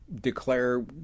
declare